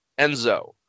Enzo